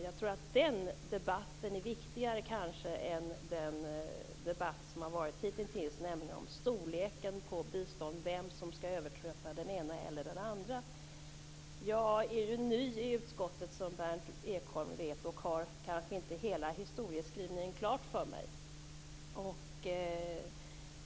Jag tror att den debatten kanske är viktigare än den debatt som varit hittills om storleken på biståndet och vem som skall överträffa vem. Jag är ju ny i utskottet, som Berndt Ekholm vet, och har kanske inte hela historieskrivningen klar för mig.